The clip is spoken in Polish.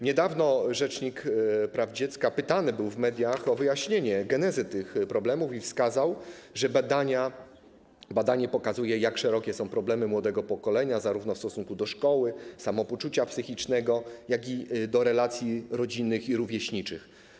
Niedawno rzecznik praw dziecka pytany był w mediach o wyjaśnienie genezy tych problemów i wskazał, że: badanie pokazuje, jak szerokie są problemy młodego pokolenia, zarówno w stosunku do szkoły, samopoczucia psychicznego, jak i do relacji rodzinnych i rówieśniczych.